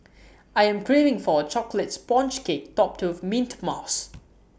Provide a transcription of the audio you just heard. I am craving for A Chocolate Sponge Cake Topped with Mint Mousse